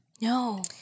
no